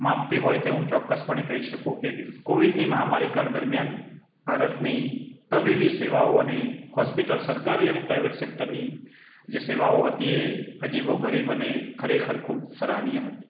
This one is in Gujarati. માપવી હોય તો એ હું એવું ચોક્કસ પણે કહી શકું કે કોવિડની મહામારી કાળ દરમિયાન ભારતની તબીબી સેવાઓ અને હોસ્પિટલ સરકારી અને પ્રાઈવેટ સેક્ટરની જે સેવાઓ હતી એ અજીબો ગરીબ અને ખરેખર ખૂબ સરાહનીય હતી